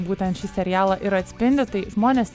būtent šį serialą ir atspindi tai žmonės